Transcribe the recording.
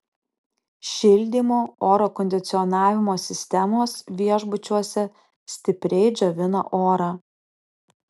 šildymo oro kondicionavimo sistemos viešbučiuose stipriai džiovina orą